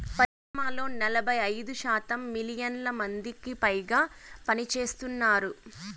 పరిశ్రమల్లో నలభై ఐదు శాతం మిలియన్ల మందికిపైగా పనిచేస్తున్నారు